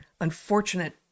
unfortunate